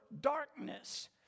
darkness